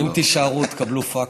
אם תישארו, תקבלו פקטור.